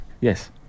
yes